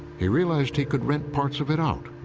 he realized he could rent parts of it out,